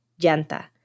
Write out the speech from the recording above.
llanta